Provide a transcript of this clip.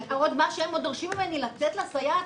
מה שהם עוד דורשים ממני זה לתת לסייעת